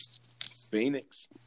Phoenix